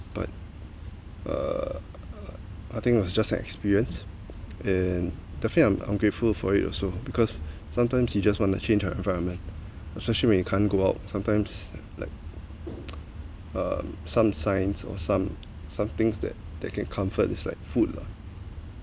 but uh I think was just an experience and the thing I'm grateful for it also because sometimes you just want to change a environment especially when you can't go out sometimes like um some signs or some something that that can comfort is like food lah